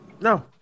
No